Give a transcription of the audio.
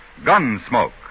Gunsmoke